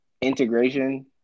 integration